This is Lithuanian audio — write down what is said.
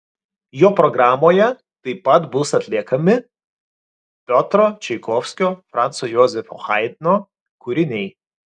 jo programoje taip pat bus atliekami piotro čaikovskio franco jozefo haidno kūriniai